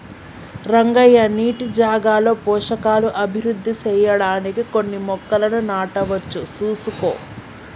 రంగయ్య నీటి జాగాలో పోషకాలు అభివృద్ధి సెయ్యడానికి కొన్ని మొక్కలను నాటవచ్చు సూసుకో